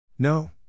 No